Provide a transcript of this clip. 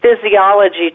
physiology